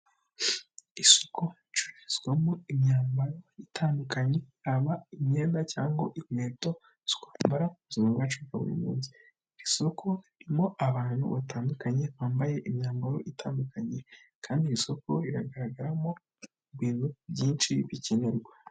Isoko ricururizwamo imyambaro itandukanye aba imyenda cyangwa inkweto zombara ubuzima bwacupa buri munsi isoko irimo abantu batandukanye bambaye imyambaro itandukanye kandi isoko rigaragaramo ibintu byinshi bikenerwa.